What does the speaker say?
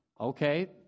Okay